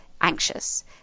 anxious